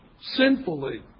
sinfully